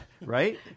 Right